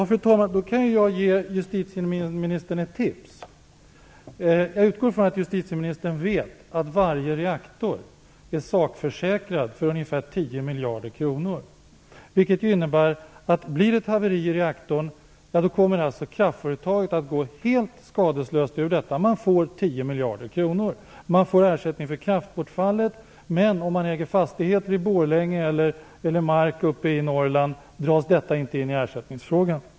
Fru talman! Då kan jag ge justitieministern ett tips. Jag utgår från att justitieministern vet att varje reaktor är sakförsäkrad för ungefär 10 miljarder kronor. Detta innebär att om det blir ett haveri i reaktorn, kommer kraftföretaget att bli helt skadeslöst. Man får 10 miljarder kronor. Det utgår ersättning för kraftbortfallet, men den som äger fastigheter i Borlänge eller mark uppe i Norrland berörs inte av ersättningsfrågan.